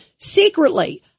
secretly